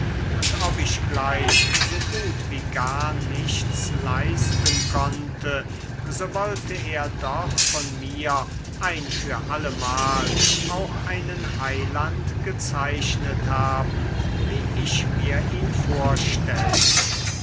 und ob ich gleich so gut wie gar nichts leisten konnte so wollte er doch von mir ein für allemal auch einen heiland gezeichnet haben wie ich mir ihn vorstellte